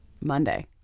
Monday